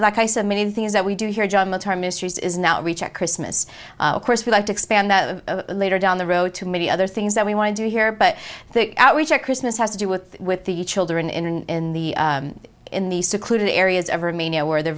like i said many things that we do here john the term mysteries is not reach at christmas we like to expand that later down the road to many other things that we want to do here but the outreach at christmas has to do with with the children in the in the secluded areas of her mania where they're